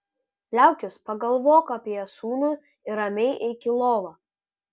liaukis pagalvok apie sūnų ir ramiai eik į lovą